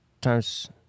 times